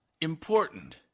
important